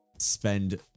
spend